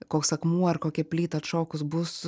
koks akmuo ar kokia plyta atšokus bus